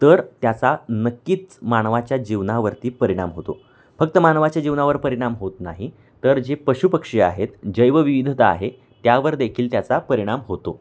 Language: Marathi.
तर त्याचा नक्कीच मानवाच्या जीवनावरती परिणाम होतो फक्त मानवाच्या जीवनावर परिणाम होत नाही तर जे पशुपक्षी आहेत जैवविविधता आहे त्यावर देेखील त्याचा परिणाम होतो